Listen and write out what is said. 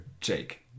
Jake